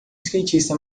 skatista